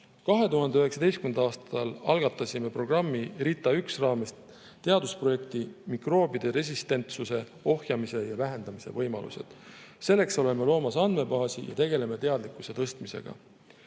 aastal algatasime programmi RITA 1 raames teadusprojekti "Mikroobide resistentsuse ohjamise ja vähendamise võimalused". Selleks oleme loomas andmebaasi ja tegeleme teadlikkuse tõstmisega.